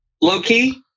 low-key